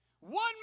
one